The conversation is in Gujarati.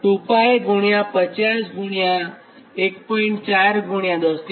અને X 2𝜋 50 1